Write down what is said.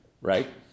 Right